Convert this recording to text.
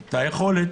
את היכולת